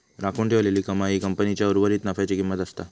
राखून ठेवलेली कमाई ही कंपनीच्या उर्वरीत नफ्याची किंमत असता